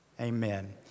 Amen